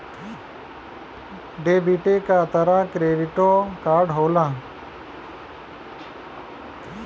डेबिटे क तरह क्रेडिटो कार्ड होला